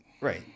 Right